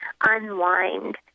unwind